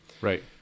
Right